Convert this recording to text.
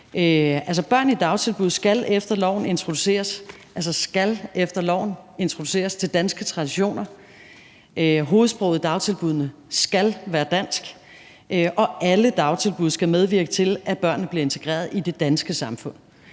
– altså, skal efter loven introduceres – til danske traditioner, hovedsproget i dagtilbuddene skal være dansk, og alle dagtilbud skal medvirke til, at børnene bliver integreret i det danske samfund.